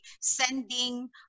sending